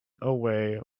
away